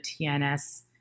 TNS